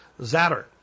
zatter